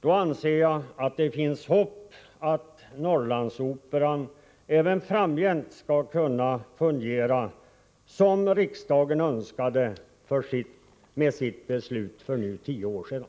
Då anser jag att det finns hopp om att Norrlandsoperan även framgent skall kunna fungera på det sätt som riksdagen önskade när man fattade beslut om detta för tio år sedan.